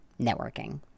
networking